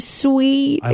sweet